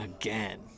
again